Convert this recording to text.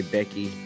Becky